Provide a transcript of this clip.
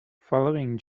following